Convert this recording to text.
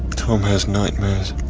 tomas nightmare's